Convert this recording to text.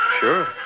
Sure